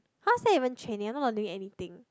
how's that even training you're not doing anything